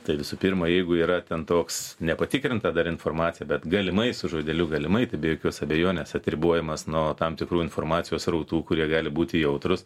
tai visų pirma jeigu yra ten toks nepatikrinta dar informacija bet galimai su žodeliu galimai tai be jokios abejonės atribojimas nuo tam tikrų informacijos srautų kurie gali būti jautrūs